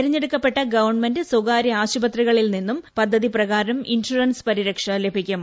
തെരഞ്ഞെടുക്കപ്പെട്ട ഗവൺമെന്റ് സ്വകാര്യ ആശുപത്രികളിൽ നിന്നും പ്രദ്ധതി പ്രകാരം ഇൻഷുറൻസ് പരിരക്ഷ ലഭിക്കും